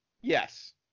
yes